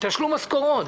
תשלום משכורות,